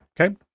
Okay